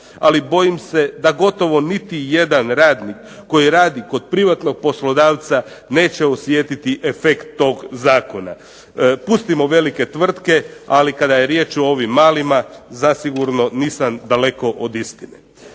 ali bojim se da gotovo niti jedan radnik koji radi kod privatnog poslodavca neće osjetiti efekt tog zakona. Pustimo velike tvrtke, ali kada je riječ o ovim malima zasigurno nisam daleko od istine.